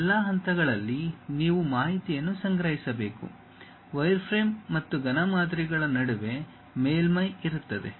ಈ ಎಲ್ಲಾ ಹಂತಗಳಲ್ಲಿ ನೀವು ಮಾಹಿತಿಯನ್ನು ಸಂಗ್ರಹಿಸಬೇಕು ವೈರ್ಫ್ರೇಮ್ ಮತ್ತು ಘನ ಮಾದರಿಗಳ ನಡುವೆ ಮೇಲ್ಮೈ ಇರುತ್ತದೆ